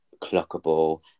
clockable